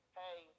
hey